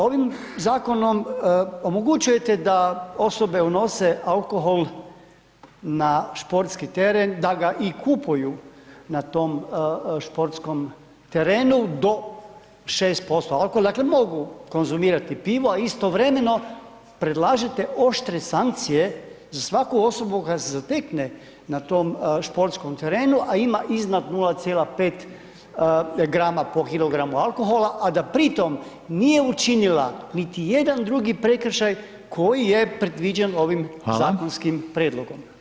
Ovim zakonom omogućujete da osobe unose alkohol na sportski teren, da ga i kupuju na tom sportskom terenu do 6% alkohola, dakle mogu konzumirati pivo, a istovremeno predlažete oštre sankcije za svaku osobu koja se zatekne na tom sportskom terenu, a ima iznad 0,5 grama po kilogramu alkohola, a da pri tom nije učinila niti jedan drugi prekršaj koji je predviđen ovim zakonskim prijedlogom.